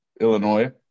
Illinois